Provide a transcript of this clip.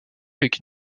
avec